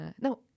No